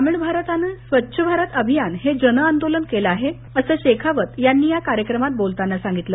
ग्रामीण भारताने स्वच्छ भारत अभियान हे जनांदोलन केले आहे असं शेखावत यांनीं या कार्यक्रमात बोलताना सांगितलं